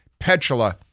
Petula